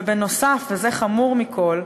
ונוסף על כך, וזה חמור מכול,